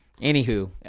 anywho